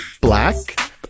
Black